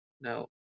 no